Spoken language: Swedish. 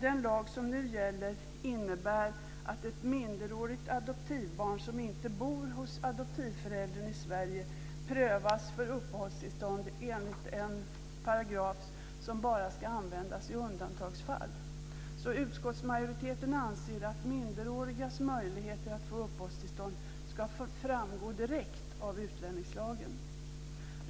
Den lag som nu gäller innebär att ett minderårigt adoptivbarn som inte bor hos adoptivföräldern i Sverige prövas för uppehållstillstånd enligt en paragraf som bara ska användas i undantagsfall. Utskottsmajoriteten anser därför att minderårigas möjligheter att få uppehållstillstånd ska framgå direkt av utlänningslagen.